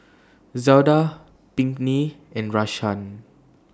Zelda Pinkney and Rashaan